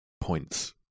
points